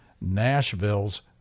Nashville's